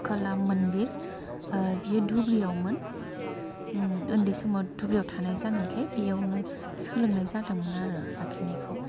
काला मन्दिर बियो धुब्रिआवमोन उन्दै समाव धुब्रिआव थानाय जानायखाय बेयावनो सोलोंनाय जादोंमोन आरो आखिनायखौ